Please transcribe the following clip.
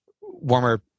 warmer